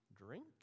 Drink